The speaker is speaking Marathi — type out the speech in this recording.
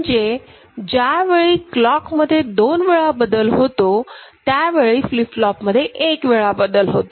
म्हणजे ज्यावेळी क्लॉक मध्ये दोन वेळा बदल होतो त्यावेळी फ्लीप फ्लोप मध्ये एक वेळा बदल होतो